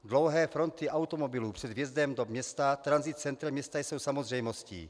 Dlouhé fronty automobilů před vjezdem do města, tranzit centrem města jsou samozřejmostí.